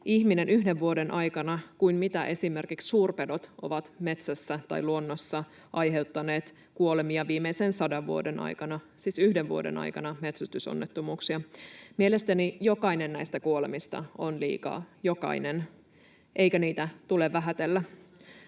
yhden vuoden aikana kuin mitä esimerkiksi suurpedot ovat metsässä tai luonnossa aiheuttaneet kuolemia viimeisen 100 vuoden aikana. Siis yhden vuoden aikana metsästysonnettomuuksia. Mielestäni jokainen näistä kuolemista on liikaa, jokainen, eikä niitä tule vähätellä.